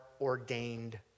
ordained